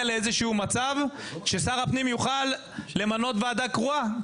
לאיזה שהוא מצב ששר הפנים יוכל למנות ועדה קרואה,